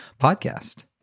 Podcast